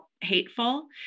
hateful